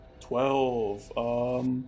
Twelve